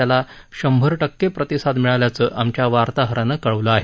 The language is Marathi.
त्याला शंभर टक्के प्रतिसाद मिळाल्याचं आमच्या वार्ताहरानं कळवलं आहे